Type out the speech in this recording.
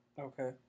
Okay